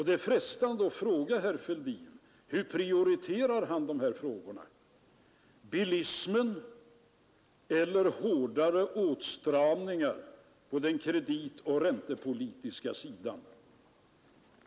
Det är frestande att fråga herr Fälldin hur han prioriterar dessa frågor — bilismen eller hårdare åtstramningar på den kreditoch räntepolitiska sidan?